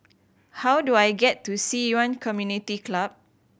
how do I get to Ci Yuan Community Club